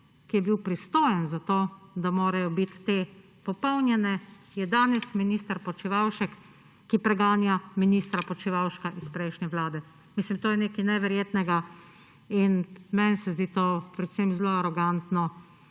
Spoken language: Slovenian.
ki je bil pristojen za to, da morajo biti te popolnjene, je danes minister Počivalšek, ki preganja ministra Počivalška iz prejšnje vlade. To je nekaj neverjetnega, meni se zdi to predvsem zelo arogantno